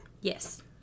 Yes